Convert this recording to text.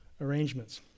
arrangements